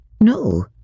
No